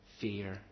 Fear